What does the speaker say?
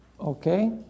Okay